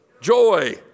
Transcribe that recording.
joy